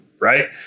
right